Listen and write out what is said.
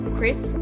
Chris